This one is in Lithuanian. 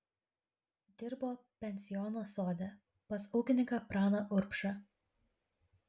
dirbo pensiono sode pas ūkininką praną urbšą